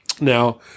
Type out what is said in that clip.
Now